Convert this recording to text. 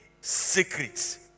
secrets